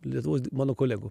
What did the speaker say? lietuvos mano kolegų